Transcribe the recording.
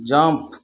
jump